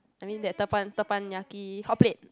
I mean that Teppan~ Teppanyaki hotplate